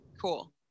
Cool